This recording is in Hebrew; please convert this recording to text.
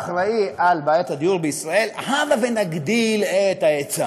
האחראי על בעיית הדיור בישראל: הבה ונגדיל את ההיצע.